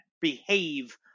behave